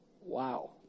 Wow